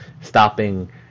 stopping